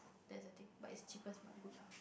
that's the thing but is cheapest but good lah